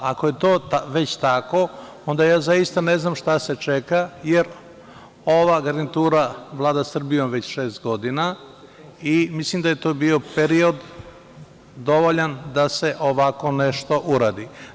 Ako je to već tako, onda ja zaista ne znam šta se čeka, jer ova garnitura vlada Srbijom već šest godina, i mislim da je to bio period dovoljan da se ovako nešto uradi.